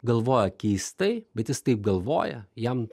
galvoja keistai bet jis taip galvoja jam